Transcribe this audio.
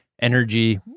energy